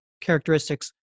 characteristics